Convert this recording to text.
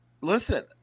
Listen